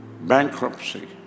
bankruptcy